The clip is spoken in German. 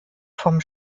vom